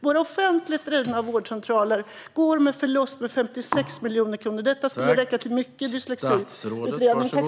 Våra offentligt drivna vårdcentraler går med förlust med 56 miljoner kronor. Det skulle räcka till många dyslexiutredningar.